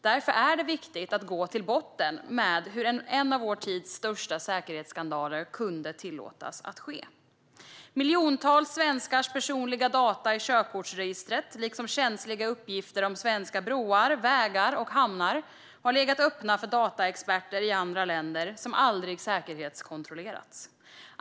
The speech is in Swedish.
Därför är det viktigt att gå till botten med hur en av vår tids största säkerhetsskandaler kunde tillåtas att ske. Miljontals svenskars personliga data i körkortsregistret liksom känsliga uppgifter om svenska broar, vägar och hamnar har legat öppna för dataexperter i andra länder. Dessa dataexperter har aldrig säkerhetskontrollerats.